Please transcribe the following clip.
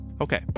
Okay